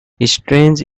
strange